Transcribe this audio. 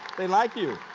they like you